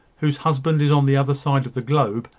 whose husband is on the other side of the globe,